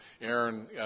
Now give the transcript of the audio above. Aaron